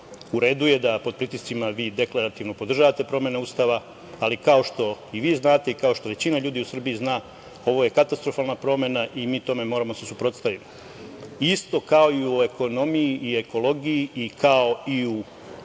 redu je da pod pritiscima vi deklarativno podržavate promene Ustava ali, kao što vi znate i kao što većina ljudi u Srbiji zna, ovo je katastrofalna promena i mi tome moramo da se suprotstavimo. Isto kao i u ekonomiji i ekologiji i kao i u